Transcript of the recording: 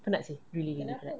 penat seh really really penat